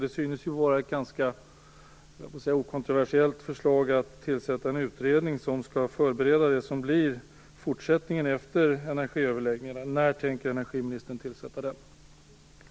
Det synes vara ett ganska okontroversiellt förslag att tillsätta en utredning som skall förbereda det som skall bli fortsättningen efter energiöverläggningarna. När tänker energiministern tillsätta denna utredning?